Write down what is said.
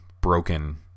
broken